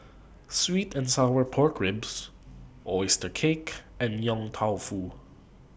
Sweet and Sour Pork Ribs Oyster Cake and Yong Tau Foo